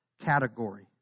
category